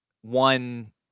one